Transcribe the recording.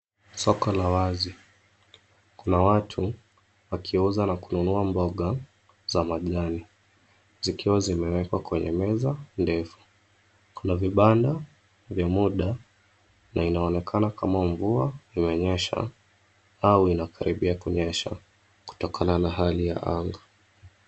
Soko la wazi. Kuna watu wakiuza na kununua mboga za majani, zikiwa zimewekwa kwenye meza ndefu. Kuna vibanda vya muda na inaonekana kama mvua imenyesha au inakaribia kunyesha kutokana na hali ya anga.